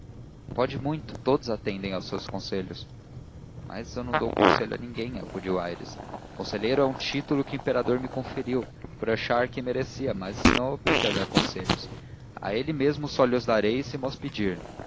pode muito todos atendem aos seus conselhos mas eu não dou conselhos a ninguém acudiu aires conselheiro é um título que o imperador me conferiu por achar que o merecia mas não obriga a dar conselhos a ele mesmo só lhos darei se